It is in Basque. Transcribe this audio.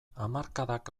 hamarkadak